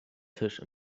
tisch